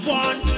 one